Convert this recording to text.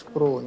Pro